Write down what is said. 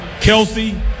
Kelsey